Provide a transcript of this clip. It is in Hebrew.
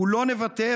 אנחנו לא נוותר,